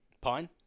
pine